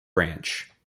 branch